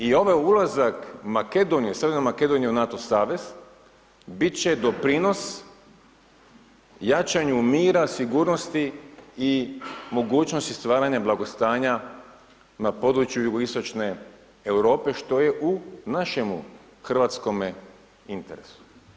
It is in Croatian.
I ovaj ulazak Makedonije, Sjeverne Makedonije u NATO savez, biti će doprinos jačanje mira, sigurnosti i mogućnosti stvaranja blagostanja na području sjeveroistočne Europe, što je u našemu hrvatskome interesu.